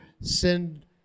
Send